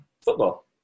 football